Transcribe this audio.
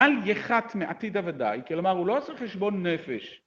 ‫על יחת מעתיד הוודאי, ‫כלומר, הוא לא עושה חשבון נפש.